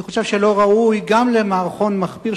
אני חושב שלא ראוי גם על מערכון מחפיר